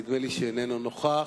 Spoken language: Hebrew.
נדמה לי שאיננו נוכח.